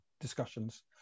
discussions